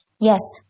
Yes